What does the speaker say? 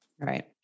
Right